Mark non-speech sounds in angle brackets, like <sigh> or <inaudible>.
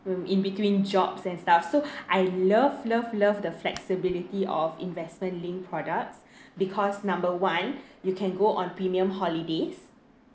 mm in between jobs and stuff so <breath> I love love love the flexibility of investment linked products <breath> because number one you can go on premium holidays